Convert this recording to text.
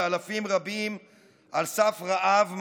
ואלפים רבים על סף רעב ממש.